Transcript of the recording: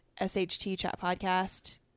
shtchatpodcast